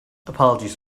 apologies